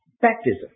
baptism